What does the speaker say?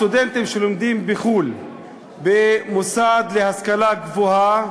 הסטודנטים שלומדים בחו"ל במוסד להשכלה גבוהה